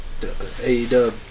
AEW